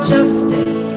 justice